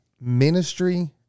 ministry